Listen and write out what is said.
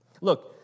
Look